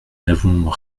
n’avons